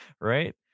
Right